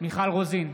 מיכל רוזין,